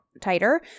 tighter